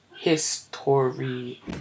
history